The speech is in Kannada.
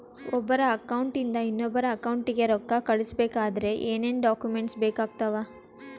ಒಬ್ಬರ ಅಕೌಂಟ್ ಇಂದ ಇನ್ನೊಬ್ಬರ ಅಕೌಂಟಿಗೆ ರೊಕ್ಕ ಕಳಿಸಬೇಕಾದ್ರೆ ಏನೇನ್ ಡಾಕ್ಯೂಮೆಂಟ್ಸ್ ಬೇಕಾಗುತ್ತಾವ?